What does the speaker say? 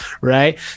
right